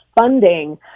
funding